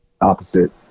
Opposite